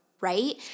right